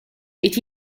est